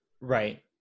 right